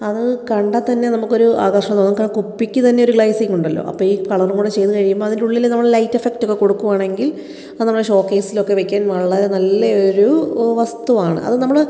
അത് കണ്ടാൽ തന്നെ നമുക്കൊരു ആകര്ഷണവും ഒക്കെ കുപ്പിക്ക് തന്നെയൊരു ഗ്ലെയിസിംഗ് ഉണ്ടല്ലോ അപ്പം ഈ കളറും കൂടി ചെയ്തു കഴിയുമ്പം അതിൻ്റെ ഉള്ളിൽ നമ്മൾ ലൈറ്റ് എഫക്ട് ഒക്കെ കൊടുക്കാകയാണെങ്കിൽ അത് നമ്മുടെ ഷോ കെയ്സിലൊക്കെ വെക്കാന് വളരെ നല്ല ഒരു വസ്തുവാണ് അത് നമ്മൾ